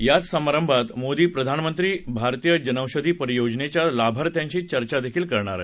याच समारंभात मोदी प्रधानमंत्री भारतीय जनौषधी परियोजनेच्या लार्भाथ्यांशी चर्चादेखील करणार आहेत